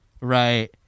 Right